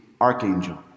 Archangel